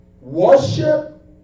Worship